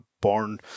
born